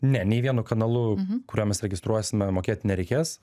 ne nei vienu kanalu kuriuo mes registruosime mokėt nereikės